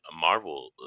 Marvel